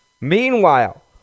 Meanwhile